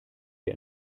wir